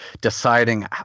deciding